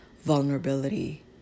vulnerability